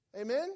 Amen